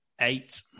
eight